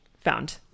found